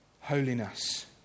Holiness